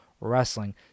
wrestling